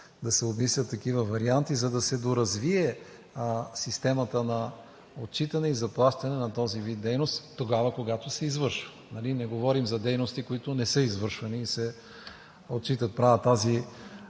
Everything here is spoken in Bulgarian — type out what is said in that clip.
да се обмислят такива варианти, за да се доразвие системата на отчитане и заплащане на този вид дейност тогава, когато се извършва. Нали не говорим за дейности, които не са извършвани и се отчитат – правя тази